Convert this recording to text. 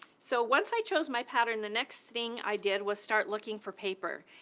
so once i chose my pattern, the next thing i did was start looking for paper.